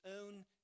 own